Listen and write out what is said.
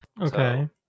Okay